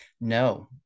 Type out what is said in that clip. no